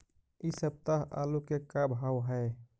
इ सप्ताह आलू के का भाव है?